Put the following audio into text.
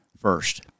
First